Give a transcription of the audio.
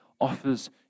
offers